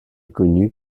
connues